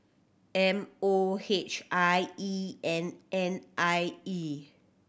M O H I E and N I E